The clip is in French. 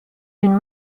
une